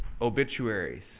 obituaries